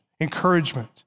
encouragement